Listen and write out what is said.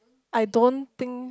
I don't think